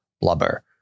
blubber